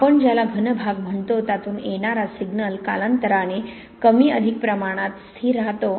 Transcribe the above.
आपण ज्याला घन भाग म्हणतो त्यातून येणारा सिग्नल कालांतराने कमी अधिक प्रमाणात स्थिर राहतो